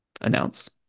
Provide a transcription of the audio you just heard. announce